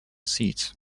seats